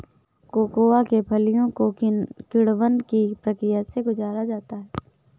cocoa के फलियों को किण्वन की प्रक्रिया से गुजारा जाता है